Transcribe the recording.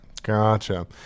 Gotcha